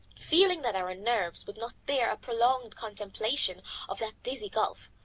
feeling that our nerves would not bear a prolonged contemplation of that dizzy gulf,